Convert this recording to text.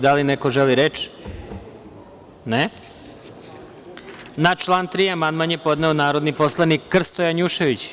Da li neko želi reč? (Ne) Na član 3. amandman je podneo narodni poslanik Krsto Janjušević.